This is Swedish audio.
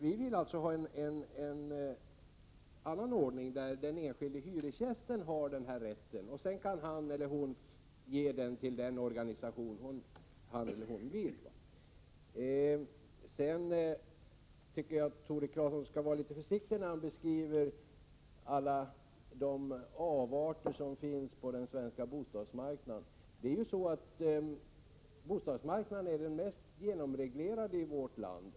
Vi vill alltså ha till stånd en annan ordning, där den enskilde hyresgästen har den rätten; sedan kan han eller hon ge den till den organisation han eller hon vill. Jag tycker att Tore Claeson skall vara litet försiktig när han beskriver alla de avarter som finns på den svenska bostadsmarknaden. Bostadsmarknaden är den mest genomreglerade delen av vårt land.